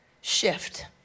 shift